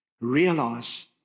Realize